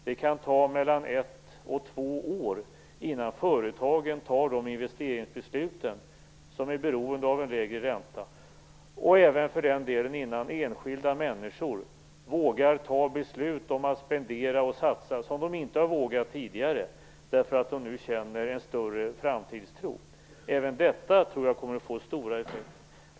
Det kan ta mellan ett och två år innan företagen fattar de investeringsbeslut som är beroende av en lägre ränta, och för den delen även innan enskilda människor vågar fatta beslut om att spendera och satsa, såsom de inte har vågat tidigare, därför att de nu känner en större framtidstro. Även detta tror jag kommer att få stora effekter.